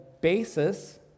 basis